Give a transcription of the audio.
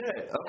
Okay